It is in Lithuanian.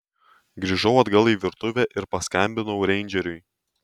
grįžau atgal į virtuvę ir paskambinau reindžeriui